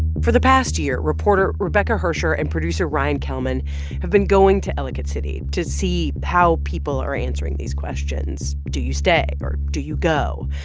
for the past year, reporter rebecca hersher and producer ryan kellman have been going to ellicott city to see how people are answering these questions do you stay, or do you go?